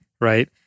right